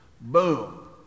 boom